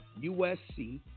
USC